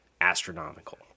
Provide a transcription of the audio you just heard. astronomical